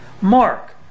Mark